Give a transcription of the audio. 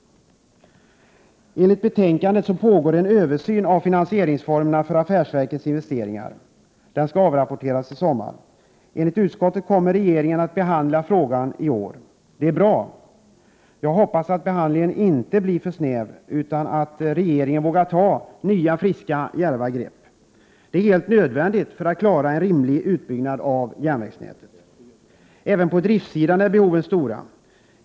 Enligt betänkandet pågår en översyn av finansieringsformerna för affärsverkens investeringar. Den skall avrapporteras i sommar. Enligt utskottet kommer regeringen att behandla frågan i år. Det är bra. Jag hoppas att behandlingen inte blir för snäv, utan att regeringen vågar ta nya, friska, djärva grepp. Det är helt nödvändigt för att klara en rimlig utbyggnad av järnvägsnätet. Även på driftssidan är behoven stora.